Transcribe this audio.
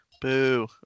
Boo